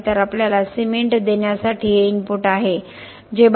तर आपल्याला सिमेंट देण्यासाठी हे इनपुट आहे